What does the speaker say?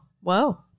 Whoa